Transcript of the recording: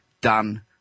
done